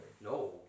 No